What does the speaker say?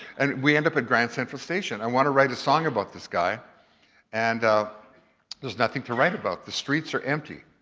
and we end up at grand central station. i wanna write a song about this guy and there's nothing to write about, the streets are empty.